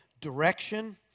direction